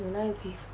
我哪有可以